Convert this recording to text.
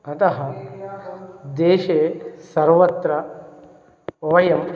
अतः देशे सर्वत्र वयम्